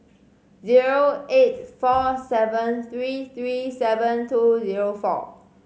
zero eight four seven three three seven two zero four